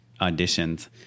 auditions